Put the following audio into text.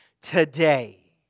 today